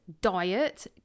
diet